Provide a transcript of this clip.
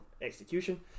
execution